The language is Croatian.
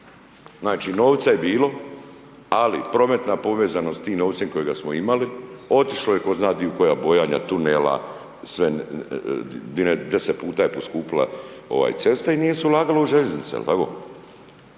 Znači novca je bilo, ali prometna povezanost tim novcem kojega smo imali, otišlo je tko zna di u koja bojanja tunela i sve 10 puta je poskupila cesta i nije se ulagalo u željeznice, je li tako?